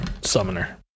Summoner